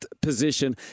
position